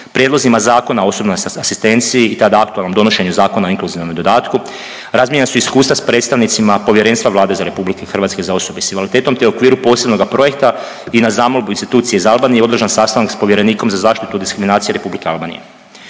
prijedlozima Zakona o osobnoj asistenciji i tada aktualnom donošenju Zakona o inkluzivnome dodatku, razmijenjena su iskustva s predstavnicima Povjerenstva Vlade RH za osobe s invaliditetom, te je u okviru posebnoga projekta i na zamolbu Institucije za Albaniju održan sastanak s povjerenikom za zaštitu diskriminacije Republike Albanije.